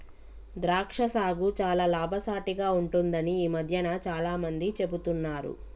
ద్రాక్ష సాగు చాల లాభసాటిగ ఉంటుందని ఈ మధ్యన చాల మంది చెపుతున్నారు